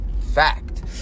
fact